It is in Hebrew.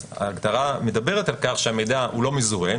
ההגדרה מדברת על כך שהמידע לא מזוהה,